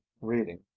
reading